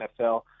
NFL –